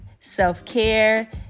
self-care